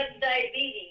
diabetes